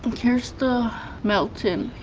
kirsta melton,